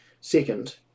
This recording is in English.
Second